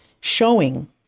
showing